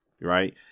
right